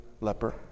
leper